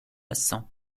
cent